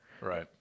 Right